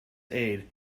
aid